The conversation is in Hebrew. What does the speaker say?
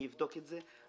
אני אבדוק את זה,